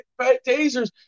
tasers